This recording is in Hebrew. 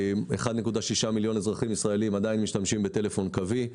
1.6 מיליון אזרחים ישראלים עדיין משתמשים בטלפון קווי.